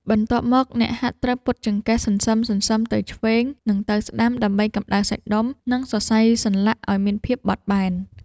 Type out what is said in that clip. បន្ទាប់មក អ្នកហាត់ត្រូវពត់ចង្កេះសន្សឹមៗទៅឆ្វេង និងទៅស្ដាំ ដើម្បីកម្ដៅសាច់ដុំ និងសរសៃសន្លាក់ឱ្យមានភាពបត់បែន។